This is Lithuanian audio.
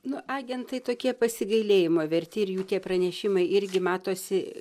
nu agentai tokie pasigailėjimo verti ir jų tie pranešimai irgi matosi